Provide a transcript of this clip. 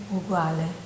uguale